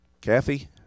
Kathy